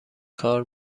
کار